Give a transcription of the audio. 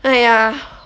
对呀